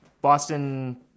Boston